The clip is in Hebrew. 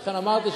ולכן אמרתי,